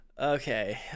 Okay